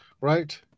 right